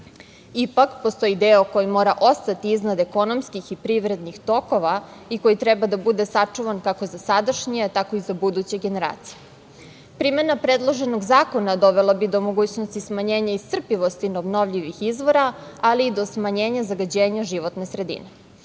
Ipak postoji deo koji mora ostati iznad ekonomskih i privrednih tokova i koji treba da sačuvan kako za sadašnje, tako i za buduće generacije. Primena predloženog zakona, dovela bi do mogućnosti smanjenje iscrpljivosti obnovljivih izvora, ali i do smanjenja zagađenja životne sredine.